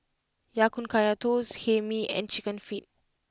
Ya Kun Kaya Toast Hae Mee and Chicken Feet